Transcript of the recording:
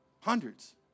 Hundreds